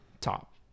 top